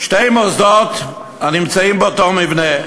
שני מוסדות הנמצאים באותו מבנה: